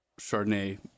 Chardonnay